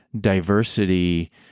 diversity